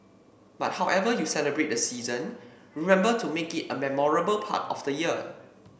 but however you celebrate the season remember to make it a memorable part of the year